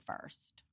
first